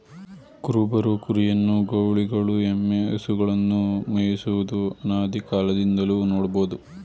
ಕುರುಬರು ಕುರಿಯನ್ನು, ಗೌಳಿಗಳು ಎಮ್ಮೆ, ಹಸುಗಳನ್ನು ಮೇಯಿಸುವುದು ಅನಾದಿಕಾಲದಿಂದಲೂ ನೋಡ್ಬೋದು